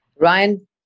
Ryan